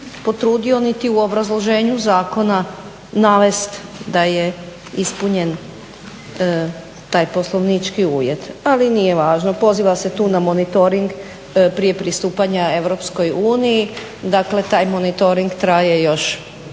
potrudio niti u obrazloženju zakona navest da je ispunjen taj poslovnički uvjet, ali nije važno. Poziva se tu na monitoring prije pristupanja Europskoj uniji, dakle taj monitoring traje još